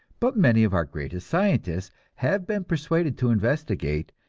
but many of our greatest scientists have been persuaded to investigate,